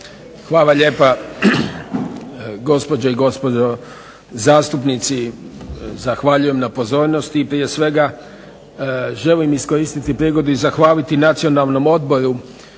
Hvala lijepa. Gospođe i gospodo zastupnici. Zahvaljujem na pozornosti. Prije svega želim iskoristiti prigodu i zahvaliti Nacionalnom odboru